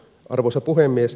arvoisa puhemies